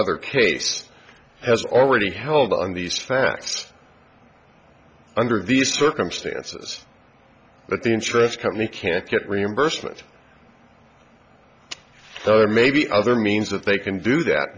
other case has already held on these facts under these circumstances but the insurance company can't get reimbursement there may be other means that they can do that